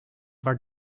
war